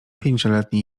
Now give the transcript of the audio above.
pięcioletni